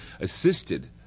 assisted